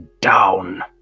down